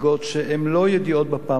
שהן לא ידיעות המופיעות בפעם הראשונה,